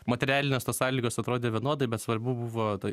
materialinės tos sąlygos atrodė vienodai bet svarbu buvo ta